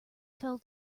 fell